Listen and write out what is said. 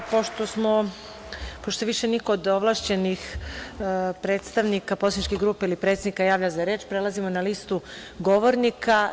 Pošto se više niko od ovlašćenih predstavnika poslaničkih grupa ili predsednika ne javlja za reč, prelazimo na listu govornika.